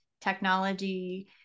technology